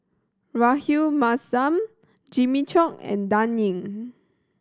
Rahayu Mahzam Jimmy Chok and Dan Ying